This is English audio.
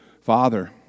Father